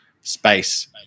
space